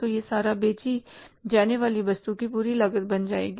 तो यह सारा बेची जाने वाली वस्तु की पूरी लागत बन जाएगी